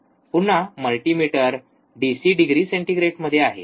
पुन्हा multimeter DC degree सेंटीग्रेडमध्ये आहे